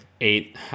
eight